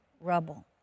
rubble